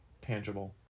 tangible